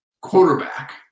quarterback